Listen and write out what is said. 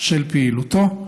של פעילותו.